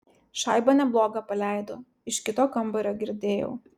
šaibą neblogą paleido iš kito kambario girdėjau